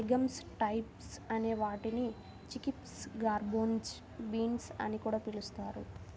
legumes types అనే వాటిని chickpeas, garbanzo beans అని కూడా పిలుస్తారు